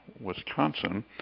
Wisconsin